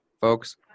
folks